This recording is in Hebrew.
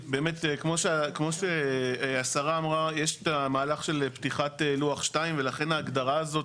באמת כמו שהשרה אמרה יש את המהלך של פתיחת לוח 2 ולכן ההגדרה הזאת,